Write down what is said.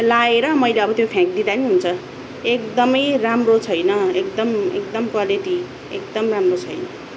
लाएर मैले अब त्यो फ्याँक्दिँदा पनि हुन्छ एकदमै राम्रो छैन एकदम एकदम क्वालिटी एकदम राम्रो छैन